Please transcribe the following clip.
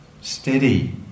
steady